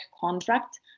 contract